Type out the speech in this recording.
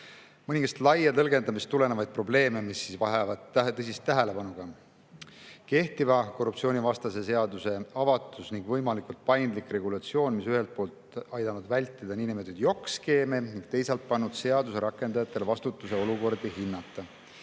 mõningaid laiast tõlgendamisest tulenevaid probleeme, mis vajavad tõsist tähelepanu. Kehtiva korruptsioonivastase seaduse avatus ning võimalikult paindlik regulatsioon on ühelt poolt aidanud vältida niinimetatud jokk-skeeme, teisalt aga pannud seaduse rakendajatele vastutuse olukordi hinnata